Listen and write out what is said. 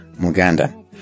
Muganda